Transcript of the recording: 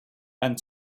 and